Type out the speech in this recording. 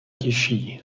těžší